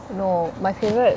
no my favourite